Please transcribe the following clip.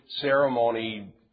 ceremony